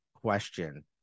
question